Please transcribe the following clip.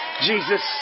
Jesus